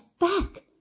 back